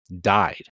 died